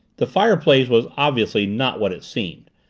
the fireplace was obviously not what it seemed,